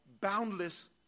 boundless